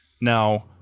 Now